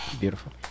Beautiful